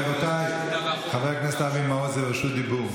רבותיי, חבר הכנסת אבי מעוז ברשות הדיבור.